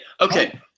okay